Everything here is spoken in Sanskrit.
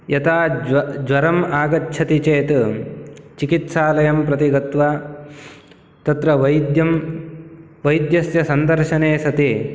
यदा ज्व ज्वरम् आगच्छति चेत् चिकित्सालयं प्रति गत्वा तत्र वैद्यं वैद्यस्य सन्दर्शने सति